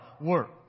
work